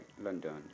London